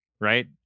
Right